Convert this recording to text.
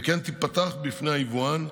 וכן תיפתח בפני היבואן,